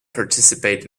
participate